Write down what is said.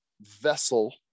vessel